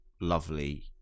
lovely